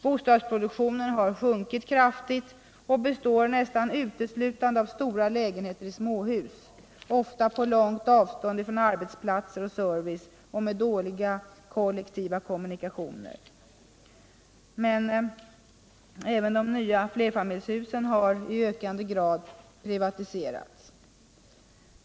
Bostadsproduktionen har sjunkit kraftigt och består nästan uteslutande av stora lägenheter i småhus, ofta på långt avstånd från arbetsplatser och service och med dåliga kollektiva kommunikationer. Men även de nya flerfamiljshusen har i ökande grad privaliserats.